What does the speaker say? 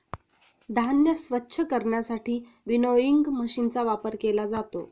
धान्य स्वच्छ करण्यासाठी विनोइंग मशीनचा वापर केला जातो